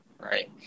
right